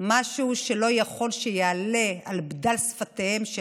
אלא משהו שלא יכול שיעלה על דל שפתיהם של